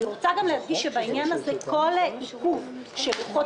אני רוצה גם להדגיש שבעניין הזה כל עיכוב של לוחות